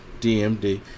DMD